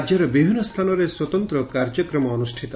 ରାଜ୍ୟର ବିଭିନ୍ନ ସ୍ଥାନରେ ସ୍ୱତନ୍ତ କାର୍ଯ୍ୟକ୍ରମ ଅନୁଷ୍ଠିତ